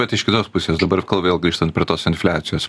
bet iš kitos pusės dabar kol vėl grįžtant prie tos infliacijos